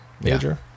major